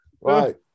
Right